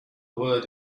word